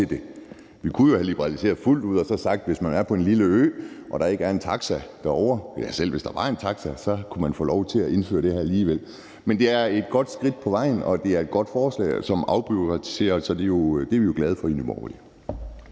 det. Vi kunne jo have liberaliseret fuldt ud og sagt, at hvis man er på en lille ø og der ikke er en taxa – ja, selv hvis der var en taxa – kunne man få lov til at indføre det her. Men det er et godt skridt på vejen, og det er et godt forslag, som afbureaukratiserer. Så det er vi jo glade for i Nye